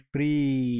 Free